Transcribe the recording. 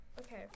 Okay